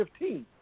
2015